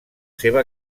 seva